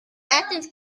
athens